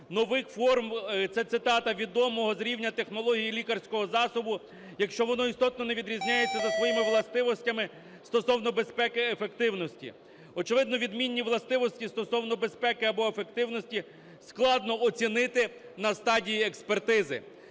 нових форм... це цитата відомого з рівня технології лікарського засобу, якщо воно істотно не відрізняється за своїми властивостями стосовно безпеки ефективності. Очевидно, відмінні властивості стосовно безпеки або ефективності складно оцінити на стадії експертизи.